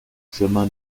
chemin